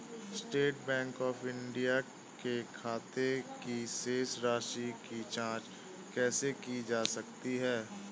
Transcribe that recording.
State bank of India के खाते की शेष राशि की जॉंच कैसे की जा सकती है?